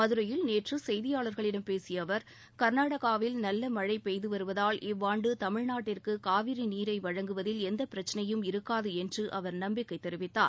மதுரையில் நேற்று செய்தியாளர்களிடம் பேசிய அவர் கர்நாடகாவில் நல்ல மழை பெய்து வருவதால் இவ்வாண்டு தமிழ்நாட்டிற்கு காவிரி நீரை வழங்குவதில் எந்தப் பிரச்னையும் இருக்காது என்று அவர் நம்பிக்கை தெரிவித்தார்